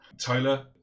Tyler